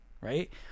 right